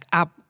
up